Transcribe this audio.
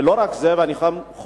ולא רק זה, אני גם חושב,